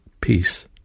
peace